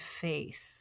faith